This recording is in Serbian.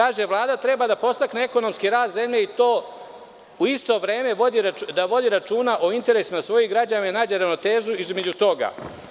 Kaže Vlada, treba da podstakne ekonomski rast zemlje i u isto vreme da vodi računa o interesima svojih građana i nađe ravnotežu između toga.